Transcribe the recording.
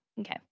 Okay